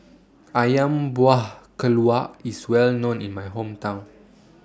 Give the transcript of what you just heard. Ayam Buah Keluak IS Well known in My Hometown